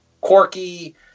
quirky